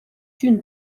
une